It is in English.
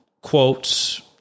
quotes